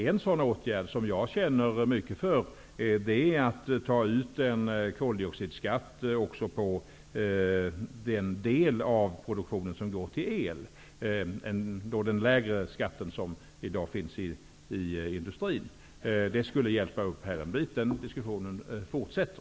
En sådan åtgärd, som jag känner mycket för, är att ta ut en koldioxidskatt också på den del av produktionen som går till el, ej den lägre skatt som i dag finns inom industrin. Det skulle hjälpa upp litet. Den diskussionen fortsätter.